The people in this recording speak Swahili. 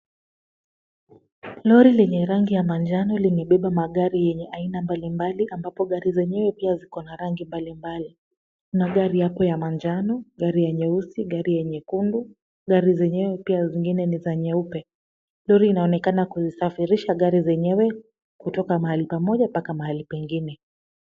Lori lenye rangi ya manjano limebeba magari yenye aina mbalimbali ambapo gari zenyewe pia ziko na rangi mbalimbali. Kuna gari hapo ya manjano, gari ya nyeusi, gari ya nyekundu, gari zenyewe pia zingine ni za nyeupe. Lori inaonekana kuzisafirisha gari zenyewe kutoka mahali pamoja mpaka mahali pengine.